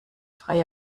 frei